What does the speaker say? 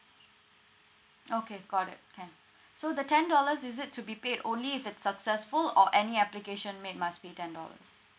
okay got it can so the ten dollars is it to be paid only if it's successful or any application made must be ten dollars